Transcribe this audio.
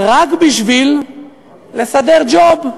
רק בשביל לסדר ג'וב.